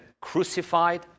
crucified